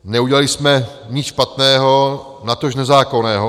Neudělali jsme nic špatného, natož nezákonného.